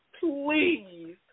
please